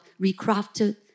recrafted